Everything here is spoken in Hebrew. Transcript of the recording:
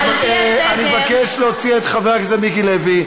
אני מבקש להוציא את חבר הכנסת מיקי לוי.